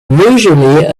usually